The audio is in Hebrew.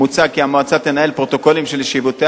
מוצע כי המועצה תנהל פרוטוקולים של ישיבותיה